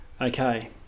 Okay